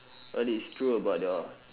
what is true about your